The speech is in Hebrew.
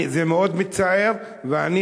זה מאוד מצער לגבי הממשלה.